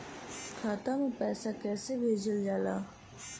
खाता में पैसा कैसे भेजल जाला?